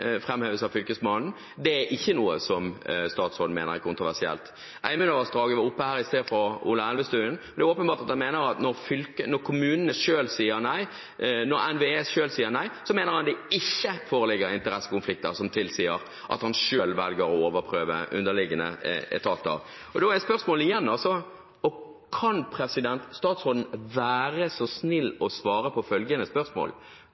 av fylkesmannen, ikke er noe statsråden mener er kontroversielt. Einunnavassdraget ble tatt opp av Ola Elvestuen her i sted. Det er åpenbart at en mener at når kommunene selv sier nei, når NVE sier nei, så mener statsråden det ikke foreligger interessekonflikter som tilsier at han selv velger å overprøve underliggende etater. Da er spørsmålet igjen: Kan statsråden være så snill å svare på følgende spørsmål: